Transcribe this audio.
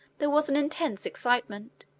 there was an intense excitement,